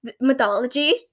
mythology